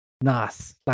Nice